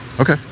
Okay